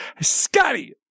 Scotty